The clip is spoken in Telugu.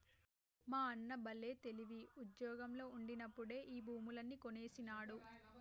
మా అన్న బల్లే తెలివి, ఉజ్జోగంలో ఉండినప్పుడే ఈ భూములన్నీ కొనేసినాడు